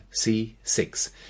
C6